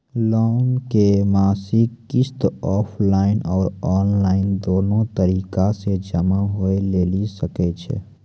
Loan के मासिक किस्त ऑफलाइन और ऑनलाइन दोनो तरीका से जमा होय लेली सकै छै?